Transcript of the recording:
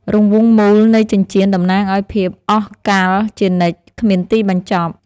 រង្វង់មូលនៃចិញ្ចៀនតំណាងឱ្យភាពអស់កល្បជានិច្ច គ្មានទីបញ្ចប់។